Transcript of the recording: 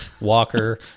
walker